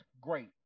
great